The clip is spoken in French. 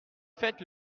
faites